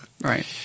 right